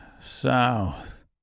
South